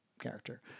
character